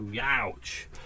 Ouch